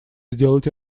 сделать